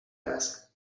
asked